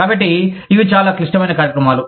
కాబట్టి ఇవి చాలా క్లిష్టమైన కార్యక్రమాలు